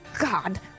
god